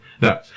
No